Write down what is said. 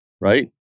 Right